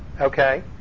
Okay